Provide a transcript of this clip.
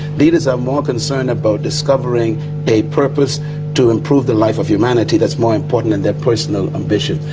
leaders are more concerned about discovering a purpose to improve the life of humanity, that's more important than their personal ambition.